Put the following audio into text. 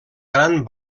gran